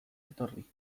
etorri